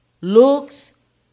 looks